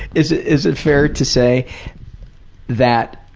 is it. is it fair to say that